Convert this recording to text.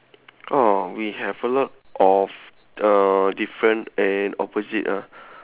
orh we have a lot of uh different and opposite ah